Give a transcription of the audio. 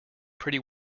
pretty